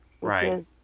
Right